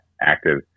active